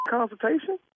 consultation